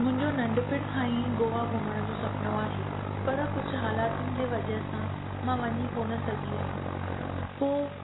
मुंहिंजो नंढपण खां ई गोवा घुमण जो सुपिनो आहे पर कुझु हालातनि जी वजह सां मां वञी कोन सघियमि पोइ